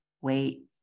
wait